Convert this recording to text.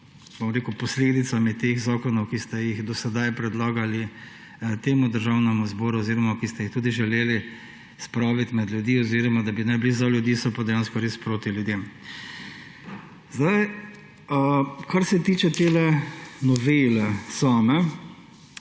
posledicami zakonov, ki ste jih do sedaj predlagali Državnemu zboru oziroma ki ste jih tudi želeli spraviti med ljudi oziroma da naj bi bili za ljudi, so pa dejansko proti ljudem. Kar se tiče te novele,